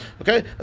Okay